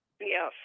Yes